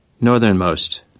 Northernmost